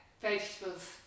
vegetables